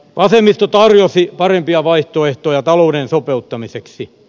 vasemmisto tarjosi parempia vaihtoehtoja talouden sopeuttamiseksi